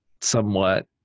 somewhat